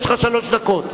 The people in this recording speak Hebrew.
יש לך שלוש דקות.